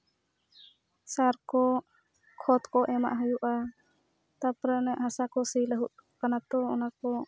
ᱥᱟᱨ ᱠᱚ ᱠᱷᱚᱛ ᱠᱚ ᱮᱢᱟᱜ ᱦᱩᱭᱩᱜᱼᱟ ᱛᱟᱯᱚᱨᱮ ᱚᱱᱮ ᱦᱟᱥᱟ ᱠᱚ ᱥᱤ ᱞᱟᱹᱦᱩᱫ ᱠᱟᱱᱟ ᱛᱚ ᱚᱱᱟᱠᱚ